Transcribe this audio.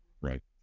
Right